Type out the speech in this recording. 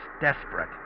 desperate